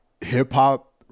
hip-hop